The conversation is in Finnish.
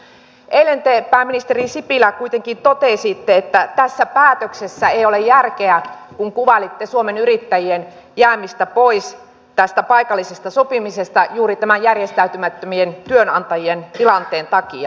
eilen te pääministeri sipilä kuitenkin totesitte että tässä päätöksessä ei ole järkeä kun kuvailitte suomen yrittäjien jäämistä pois tästä paikallisesta sopimisesta juuri tämän järjestäytymättömien työnantajien tilanteen takia